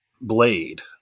Blade